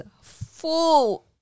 full